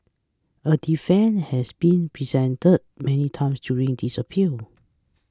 a defence has been presented many times during this appeal